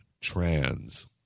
trans